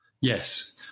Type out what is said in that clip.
Yes